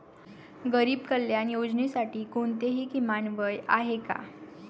गरीब कल्याण योजनेसाठी कोणतेही किमान वय आहे का?